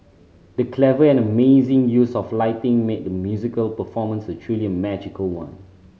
the clever and amazing use of lighting made the musical performance a truly magical one